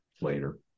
later